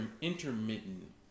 intermittent